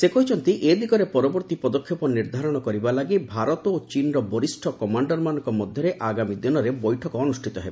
ସେ କହିଛନ୍ତି ଏ ଦିଗରେ ପରବର୍ତ୍ତୀ ପଦକ୍ଷେପ ନିର୍ଦ୍ଧାରଣ କରିବାଲାଗି ଭାରତ ଓ ଚୀନ୍ର ବରିଷ୍ଣ କମାଣ୍ଡର୍ମାନଙ୍କ ମଧ୍ୟରେ ଆଗାମୀ ଦିନରେ ବୈଠକ ଅନୁଷ୍ଠିତ ହେବ